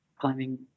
climbing